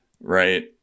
right